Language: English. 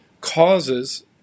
causes